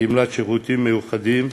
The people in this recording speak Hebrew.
גמלת שירותים מיוחדים,